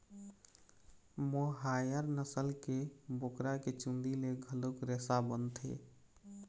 मोहायर नसल के बोकरा के चूंदी ले घलोक रेसा बनथे